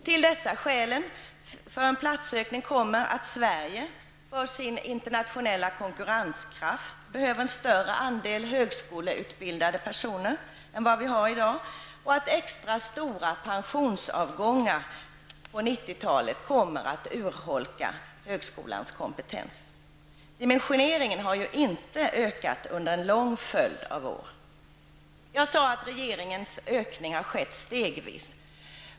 Till dessa skäl för en platsökning kommer att Sverige för sin internationella konkurrenskraft behöver en större andel högskoleutbildade personer än vad vi har i dag, och att extra stora pensionsavgångar på 90-talet kommer att urholka högskolans kompetens. Dimensioneringen har ju inte ökat under en lång följd av år. Jag sade att regeringens ökning har skett stegvis.